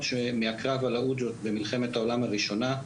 מהקרב על העוג'ות במלחמת העולם הראשונה,